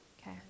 Okay